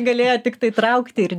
galėjo tiktai traukti ir